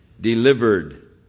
delivered